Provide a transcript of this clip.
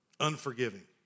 Unforgiving